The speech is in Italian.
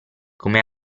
come